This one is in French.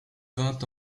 vingt